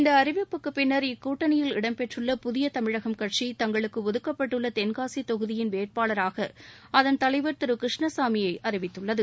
இந்த அறிவிப்புக்குப் பின்னர் இக்கூட்டணியில் இடம்பெற்றுள்ள புதிய தமிழகம் தங்களுக்கு ஒதுக்கப்பட்டுள்ள தென்காசித் தொகுதியின் வேட்பாளராக அதன் தலைவர் திரு கிருஷ்ணசாமியை அறிவித்துள்ளது